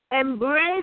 Embrace